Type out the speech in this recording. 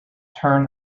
turn